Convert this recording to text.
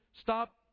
stop